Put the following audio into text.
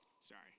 Sorry